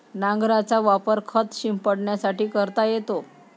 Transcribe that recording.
नांगराचा वापर खत शिंपडण्यासाठी करता येतो